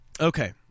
Okay